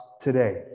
today